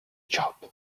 job